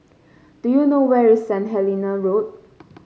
do you know where is Saint Helena Road